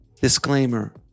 Disclaimer